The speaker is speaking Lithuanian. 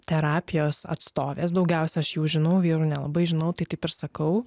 terapijos atstovės daugiausiai aš jų žinau vyrų nelabai žinautai taip ir sakau